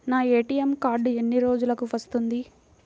నా ATM card ఎన్ని రోజులకు వస్తుంది?